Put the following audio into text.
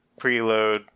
preload